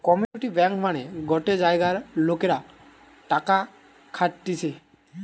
community bank মানে গটে জায়গার লোকরা টাকা খাটতিছে